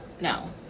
No